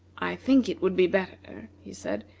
i think it would be better, he said,